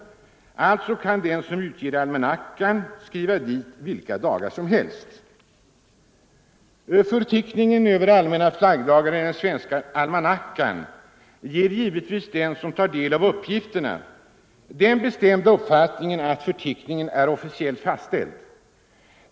Alltså kan den som utger almanackan skriva dit vilka flaggdagar som helst. Förteckningen över allmänna flaggdagar i den svenska almanackan ger givetvis den som tar del av uppgifterna den bestämda uppfattningen att förteckningen är officiellt fastställd.